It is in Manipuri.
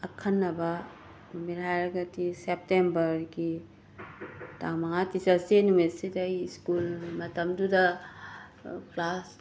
ꯑꯈꯟꯅꯕ ꯃꯦꯃꯣꯔꯤ ꯍꯥꯏꯔꯒꯗꯤ ꯁꯦꯞꯇꯦꯝꯕꯔꯒꯤ ꯇꯥꯡ ꯃꯉꯥ ꯇꯤꯆꯔ꯭ꯁ ꯗꯦ ꯅꯨꯃꯤꯠꯁꯤꯗ ꯑꯩ ꯁ꯭ꯀꯨꯜ ꯃꯇꯝꯗꯨꯗ ꯀ꯭ꯂꯥꯁ